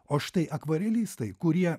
o štai akvarelistai kurie